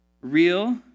real